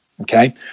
Okay